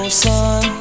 sun